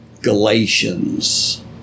Galatians